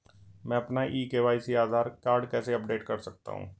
मैं अपना e KYC Aadhaar card कैसे अपडेट कर सकता हूँ?